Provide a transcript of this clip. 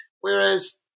whereas